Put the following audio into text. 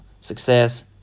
Success